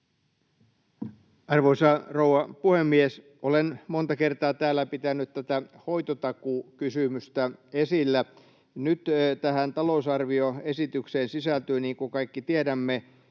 Arvoisa rouva puhemies! Olen monta kertaa täällä pitänyt tätä hoitotakuukysymystä esillä. Nyt tähän talousarvioesitykseen sisältyy, niin kuin kaikki tiedämme,